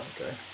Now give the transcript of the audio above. okay